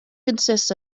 consists